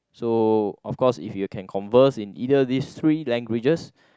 so of course if you can converse in either these three languages